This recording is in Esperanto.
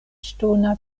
ŝtona